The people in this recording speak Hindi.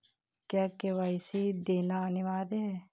क्या के.वाई.सी देना अनिवार्य है?